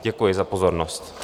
Děkuji za pozornost.